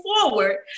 forward